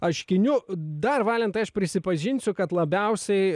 aškiniu dar valentai aš prisipažinsiu kad labiausiai